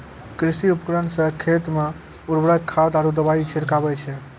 कृषि उपकरण सें खेत मे उर्वरक खाद आरु दवाई छिड़कावै छै